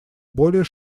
более